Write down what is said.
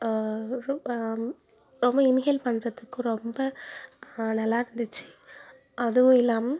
ரொம்ப ரொம்ப இன்ஹேல் பண்ணுறதுக்கும் ரொம்ப நல்லா இருந்துச்சு அதுவும் இல்லாமல்